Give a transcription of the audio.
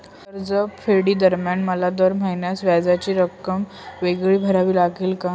कर्जफेडीदरम्यान मला दर महिन्यास व्याजाची रक्कम वेगळी भरावी लागेल का?